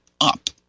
up